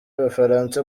abafaransa